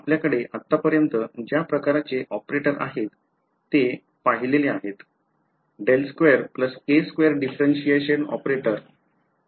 आपल्याकडे आत्तापर्यंत ज्या प्रकारचे ऑपरेटर आहेत ते पाहिलेले आहेत ∇2 k2 differentiation ऑपरेटर तिथे आहे